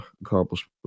accomplishment